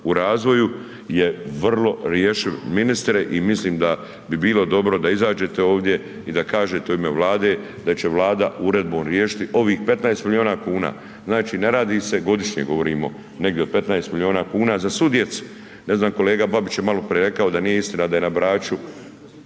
u razvoju je vrlo rješiv ministre i mislim da bi bilo dobro da izađete ovdje i da kažete u ime Vlade da će Vlada uredbom riješiti ovih 15 miliona kuna. Znači, ne radi se, godišnje govorimo negdje od 15 miliona kuna za svu djecu, ne znam kolega Babić je maloprije rekao da nije istina da je na Braču,